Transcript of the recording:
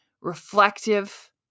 reflective